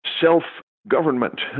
self-government